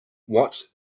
what